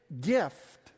gift